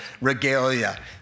regalia